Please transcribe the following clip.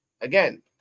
Again